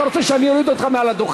אתה רוצה שאוריד אותך מהדוכן?